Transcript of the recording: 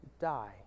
die